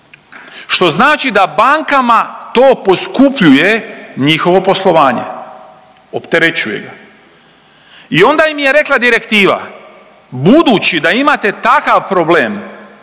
što znači da bankama to poskupljuje njihovo poslovanje, opterećuje ga i onda im je rekla direktiva budući da imate takav problem